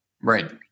Right